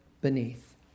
beneath